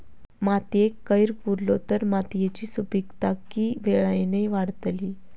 मातयेत कैर पुरलो तर मातयेची सुपीकता की वेळेन वाडतली?